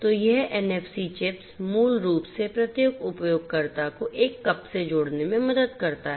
तो यह NFC chips मूल रूप से प्रत्येक उपयोगकर्ता को एक कप से जोड़ने में मदद करता है